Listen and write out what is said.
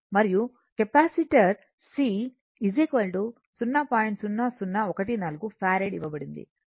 మరియు capacitor C 0